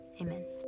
amen